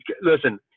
listen